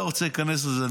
אני לא רוצה להיכנס לזה.